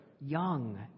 young